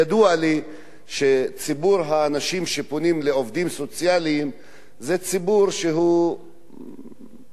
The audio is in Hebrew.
ידוע לי שציבור האנשים שפונים לעובדים סוציאליים זה ציבור שהוא קשה-יום,